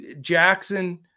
Jackson